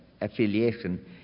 affiliation